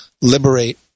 liberate